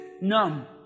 numb